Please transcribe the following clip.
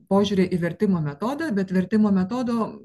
požiūriai į vertimo metodą bet vertimo metodo